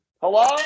Hello